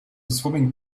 swimming